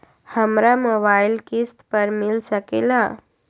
हमरा मोबाइल किस्त पर मिल सकेला?